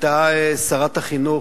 היתה שרת החינוך,